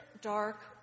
dark